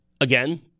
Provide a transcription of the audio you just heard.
again